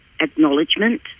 acknowledgement